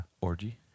orgy